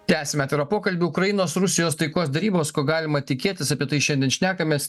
tęsiame atvirą pokalbį ukrainos rusijos taikos derybos ko galima tikėtis apie tai šiandien šnekamės